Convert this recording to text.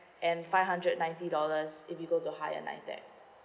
and five hundred ninety dollars if you go to higher nitec